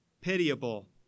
pitiable